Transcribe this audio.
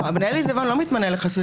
לא, מנהל עיזבון לא מתמנה לחסוי.